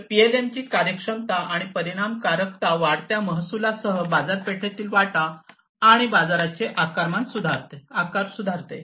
तर पीएलएम ची ही कार्यक्षमता आणि परिणामकारकता वाढत्या महसुलासह बाजारपेठेतील वाटा आणि बाजाराचे आकार सुधारते